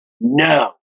no